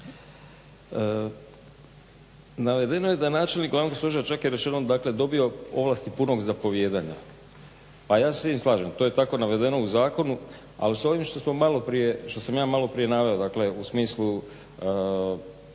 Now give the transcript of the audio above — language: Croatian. Navedeno je da načelnik Glavnog stožera čak je rečeno, dakle dobio ovlasti punog zapovijedanja. Pa ja se s tim slažem. To je tako navedeno u zakonu, ali s ovim što sam ja malo prije naveo, dakle u smislu